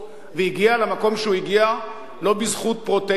והגיע למקום שאליו הגיע לא בזכות פרוטקציה.